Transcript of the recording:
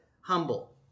humble